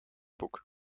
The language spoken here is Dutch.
boek